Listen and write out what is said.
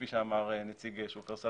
כפי שאמר נציג שופרסל,